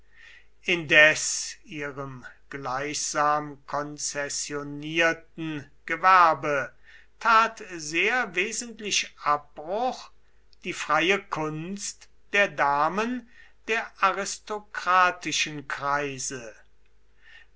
indes ihrem gleichsam konzessionierten gewerbe tat sehr wesentlichen abbruch die freie kunst der